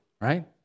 right